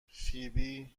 فیبی